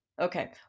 Okay